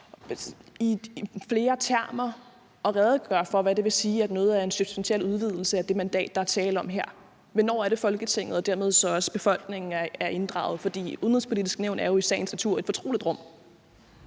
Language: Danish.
i flere termer, hvad det vil sige, at noget er en substantiel udvidelse af det mandat, der er tale om her. Hvornår er det, at Folketinget og dermed så også befolkningen bliver inddraget? For Det Udenrigspolitiske Nævn er jo i sagens natur et fortroligt rum.